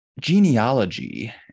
genealogy